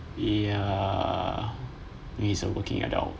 yeah me is a working adult soon